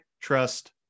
trust